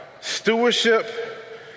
stewardship